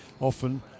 often